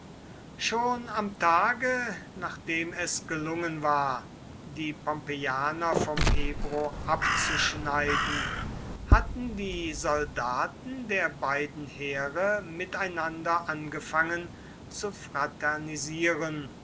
schon am tage nachdem es gelungen war die pompeianer vom ebro abzuschneiden hatten die soldaten der beiden heere miteinander angefangen zu fraternisieren